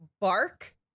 bark